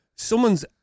Someone's